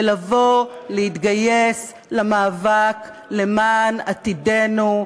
ולבוא להתגייס למאבק למען עתידנו,